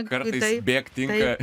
kartais bėk tinka